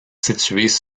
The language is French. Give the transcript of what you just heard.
situées